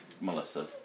Melissa